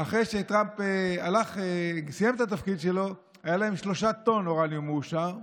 אחרי שטראמפ סיים את התפקיד שלו היו להם 3 טונות אורניום מעושר.